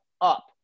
up